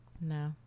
No